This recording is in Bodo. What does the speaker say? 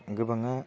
गोबाङा